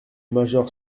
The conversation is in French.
major